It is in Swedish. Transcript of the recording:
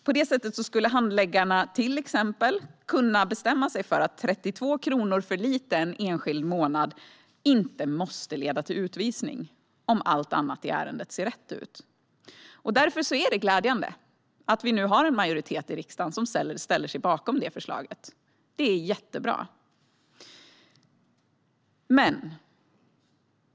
På det sättet skulle handläggarna till exempel kunna bestämma sig för att 32 kronor för lite en enskild månad inte måste leda till utvisning, om allt annat i ärendet ser rätt ut. Därför är det glädjande att vi nu har en majoritet i riksdagen som ställer sig bakom detta förslag. Det är jättebra.